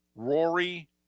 Rory